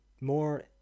more